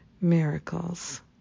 miracles